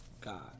God